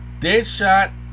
Deadshot